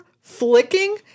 flicking